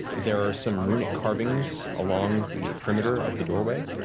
there are some runic carvings along the perimeter of the doorway,